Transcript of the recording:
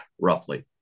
roughly